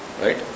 right